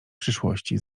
przyszłości